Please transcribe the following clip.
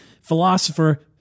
philosopher